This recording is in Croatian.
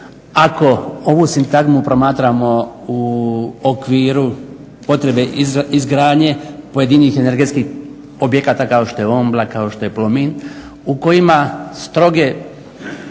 ako ovu sintagmu promatramo u okviru potrebe izgradnje pojedinih energetskih objekata kao što je Ombla, kao što je Plomin u kojima stroge